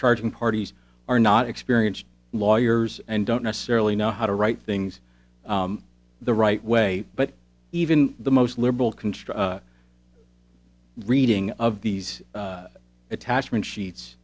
charging parties are not experienced lawyers and don't necessarily know how to write things the right way but even the most liberal control reading of these attachment sheets